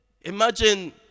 imagine